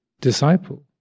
disciple